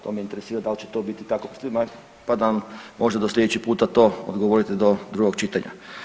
To me interesira da li će to biti tako … pa da nam možda do sljedeći puta to odgovorite do drugog čitanja.